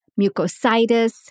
mucositis